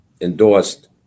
endorsed